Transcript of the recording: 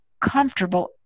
comfortable